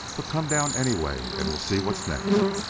but come down anyway, and we'll see what's next.